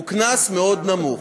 הוא קנס מאוד נמוך.